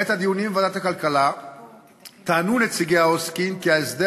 בעת הדיונים בוועדת הכלכלה טענו נציגי העוסקים כי ההסדר